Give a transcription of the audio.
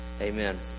Amen